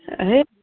ರೇ